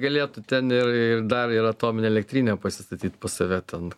galėtų ten ir ir dar yra atominę elektrinę pasistatyt pas save ten